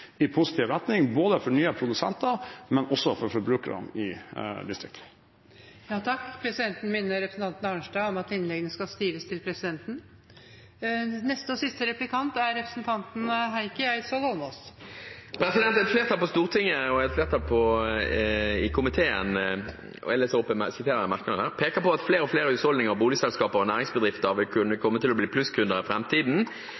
i positiv retning både for nye produsenter og også for forbrukerne i distriktene. Et flertall på Stortinget og et flertall i komiteen – jeg siterer fra merknadene – peker på at «flere og flere husholdninger, boligselskaper og næringsbedrifter vil kunne